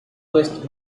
west